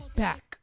back